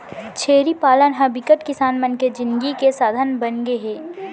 छेरी पालन ह बिकट किसान मन के जिनगी के साधन बनगे हे